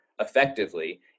effectively